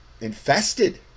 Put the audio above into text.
infested